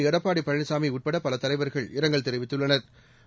எடப்பாடி பழனிசாமி உட்பட பல தலைவர்கள் இரங்கல் தெரிவித்துள்ளனா்